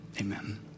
amen